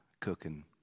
cooking